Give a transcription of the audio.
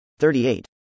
38